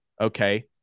okay